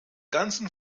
ganzen